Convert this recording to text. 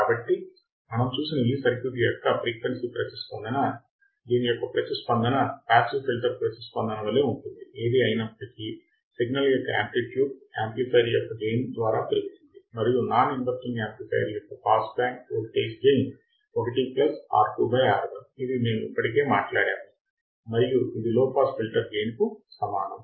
కాబట్టి మనం చూసిన ఈ సర్క్యూట్ యొక్క ఫ్రీక్వెన్సీ ప్రతిస్పందన దీని యొక్క ప్రతిస్పందన పాసివ్ ఫిల్టర్ ప్రతిస్పందన వలె ఉంటుంది ఏది ఏమయినప్పటికీ సిగ్నల్ యొక్క యామ్ప్లిట్యుడ్ యాంప్లిఫైయర్ యొక్క గెయిన్ ద్వారా పెరుగుతుంది మరియు నాన్ ఇన్వర్టింగ్ యాంప్లిఫైయర్ యొక్క pass band voltage gain 1 R2 R1 ఇది మేము ఇప్పటికే మాట్లాడాము మరియు ఇది లో పాస్ ఫిల్టర్ గెయిన్ కు సమానం